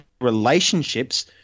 relationships